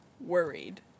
worried